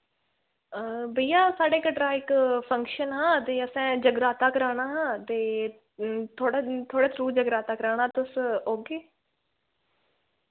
भैया साढ़े कटरा इक फंक्शन हा ते असें जगराता कराना हा ते थुआढ़े थ्रू जगराता कराना तुस औगे